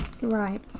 Right